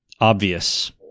obvious